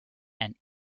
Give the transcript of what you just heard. and